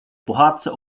pohádce